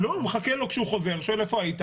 הוא מחכה לו כשהוא חוזר, שואל איפה היית?